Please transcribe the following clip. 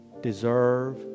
deserve